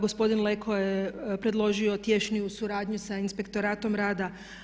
Gospodin Leko je predložio tješnju suradnju sa Inspektoratom rada.